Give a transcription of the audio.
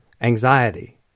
anxiety